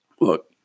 look